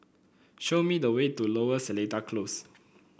show me the way to Lower Seletar Close